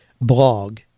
blog